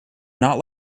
not